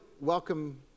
welcome